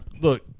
Look –